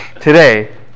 Today